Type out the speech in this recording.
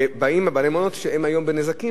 ובאים בעלי מעונות שהם היום בנזקים,